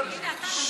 למיקי.